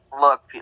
Look